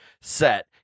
set